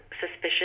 suspicious